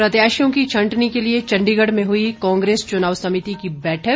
प्रत्याशियों की छंटनी के लिए चण्डीगढ़ में हुई कांग्रेस चुनाव समिति की बैठक